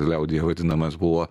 liaudyje vadinamas buvo